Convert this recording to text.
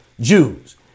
Jews